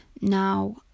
now